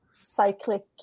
cyclic